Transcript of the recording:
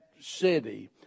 city